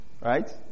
right